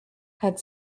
had